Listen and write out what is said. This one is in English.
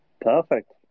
Perfect